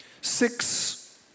six